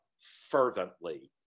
fervently